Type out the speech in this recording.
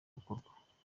bukorwa